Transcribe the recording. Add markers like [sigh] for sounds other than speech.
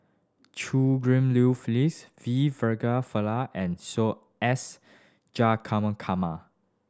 Chew Ghim Liu Phyllis V [unintelligible] Pillai and [unintelligible] S [unintelligible]